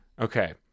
Okay